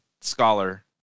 scholar